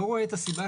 לא רואה את הסיבה.